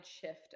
shift